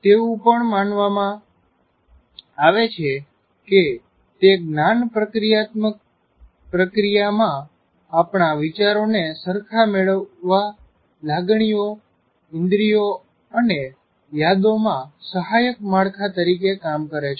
તેવું પણ માણવામાં આવે છે કે તે જ્ઞાન પ્રક્રિયાત્મક પ્રક્રિયામાં આપણા વિચારો ને સરખા મેળવવા લાગણીઓ ઈન્દ્રિયો અને યાદો માં સહાયક માળખા તરીકે કામ કરે છે